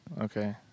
Okay